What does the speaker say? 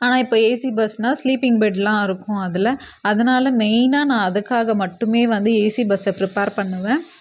ஆனால் இப்போ ஏசி பஸ்னால் ஸ்லீப்பிங் பெட்டெலாம் இருக்கும் அதில் அதனால் மெய்னாக நான் அதுக்காக மட்டுமே வந்து ஏசி பஸ்ஸை ப்ரிப்பேர் பண்ணுவேன்